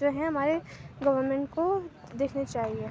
جو ہیں ہمارے گورنمنٹ کو دیکھنی چاہیے